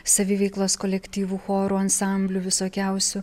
saviveiklos kolektyvų chorų ansamblių visokiausių